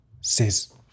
says